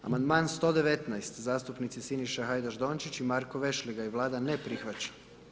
Amandman 119, zastupnici Siniša Hajdaš Dončić i Marko Vešligaj, Vlada ne prihvaća.